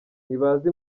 ntibazi